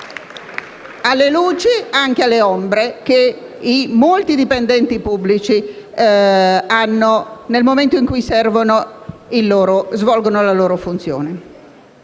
alle luci e anche alle ombre che i molti dipendenti pubblici hanno nel momento in cui svolgono la loro funzione.